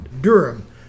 Durham